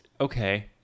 Okay